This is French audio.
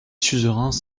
suzerains